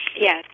Yes